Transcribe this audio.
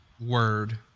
word